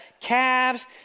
Calves